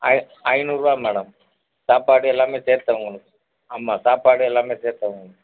ஐ ஐந்நூறுரூவா மேடம் சாப்பாடு எல்லாமே சேர்த்துதான் வாங்கணும் ஆமாம் சாப்பாடு எல்லாமே சேர்த்துதான் வாங்கணும்